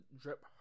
drip